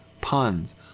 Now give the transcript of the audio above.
puns